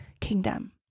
kingdom